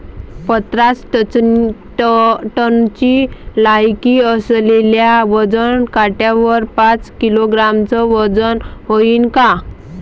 पन्नास टनची लायकी असलेल्या वजन काट्यावर पाच किलोग्रॅमचं वजन व्हईन का?